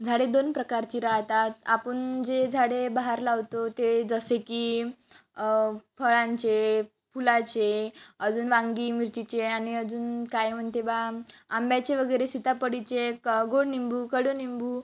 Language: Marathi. झाडे दोन प्रकारची राहतात आपण जे झाडे बाहेर लावतो ते जसे की फळांचे फुलाचे अजून वांगी मिरचीचे आणि अजून काय म्हणते बा आंब्याचे वगैरे सीतापडीचे क गोडलिंबू कडूलिंबू